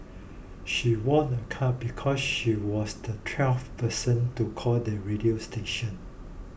she won a car because she was the twelfth person to call the radio station